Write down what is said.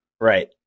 Right